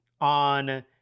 on